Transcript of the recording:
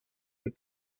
mit